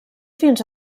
fins